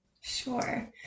Sure